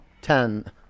ten